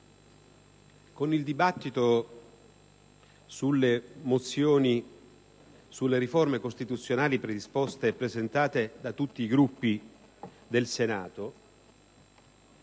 mozioni sulle riforme costituzionali predisposte e presentate da tutti i Gruppi del Senato